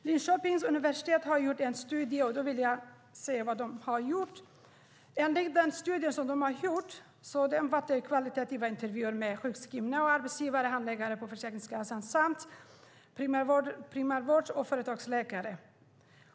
Linköpings universitet har gjort en studie som omfattar kvalitativa intervjuer med sjukskrivna, arbetsgivare, handläggare på Försäkringskassan samt primärvårds och företagsläkare.